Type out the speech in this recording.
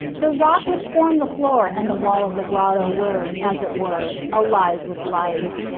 the rock which formed the floor and the wall of the grotto were, as it were, alive with light.